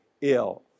ill